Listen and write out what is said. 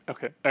Okay